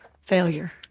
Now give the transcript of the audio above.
failure